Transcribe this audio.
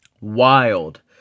wild